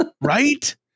right